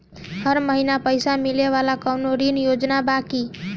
हर महीना पइसा मिले वाला कवनो ऋण योजना बा की?